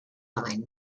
line